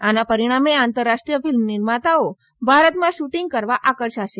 આના પરિણામે આંતરરાષ્ટ્રીય ફિલ્મ નિર્માતાઓ ભારતમાં શુટિંગ કરવા આકર્ષાશે